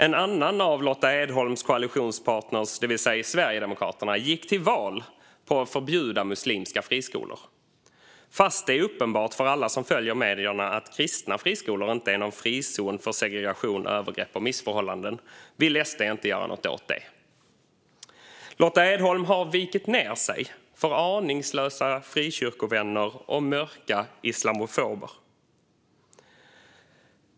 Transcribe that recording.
En annan av Lotta Edholms koalitionspartner, Sverigedemokraterna, gick till val på att förbjuda muslimska friskolor. Fast det är uppenbart för alla som följer medierna att kristna friskolor inte är någon frizon från segregation, övergrepp och missförhållanden vill SD inte göra något åt det. Lotta Edholm har vikit ned sig för aningslösa frikyrkovänner och mörka islamofober.